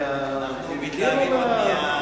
מתלהבים מההצבעה הקודמת.